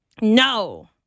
No